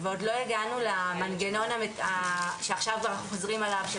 עוד לא הגענו למנגנון שעכשיו אנחנו חוזרים עליו של